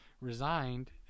resigned